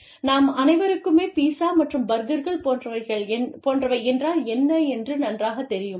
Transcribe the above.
நாம் அனைவருக்குமே பீஸா மற்றும் பர்கர்கள் போன்றவை என்றால் என்ன என்று நன்றாகத் தெரியும்